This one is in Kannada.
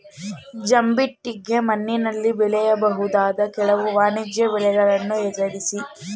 ಜಂಬಿಟ್ಟಿಗೆ ಮಣ್ಣಿನಲ್ಲಿ ಬೆಳೆಯಬಹುದಾದ ಕೆಲವು ವಾಣಿಜ್ಯ ಬೆಳೆಗಳನ್ನು ಹೆಸರಿಸಿ?